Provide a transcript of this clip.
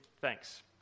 thanks